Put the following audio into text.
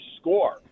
score